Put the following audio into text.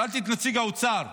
שאלתי את נציג האוצר,